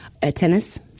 tennis